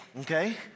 okay